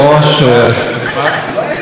חברות וחברי הכנסת,